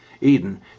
Eden